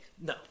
No